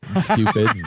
stupid